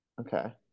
Okay